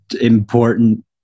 important